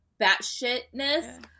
batshitness